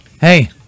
Hey